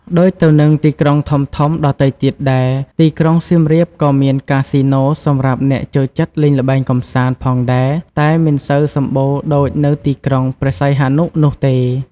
ដូចទៅនឹងទីក្រុងធំៗដទៃទៀតដែរ ទីក្រុងសៀមរាបក៏មានកាស៊ីណូសម្រាប់អ្នកចូលចិត្តលេងល្បែងកម្សាន្តផងដែរតែមិនសូវសម្បូរដូចនៅទីក្រុងព្រះសីហនុនោះទេ ។